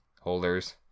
holders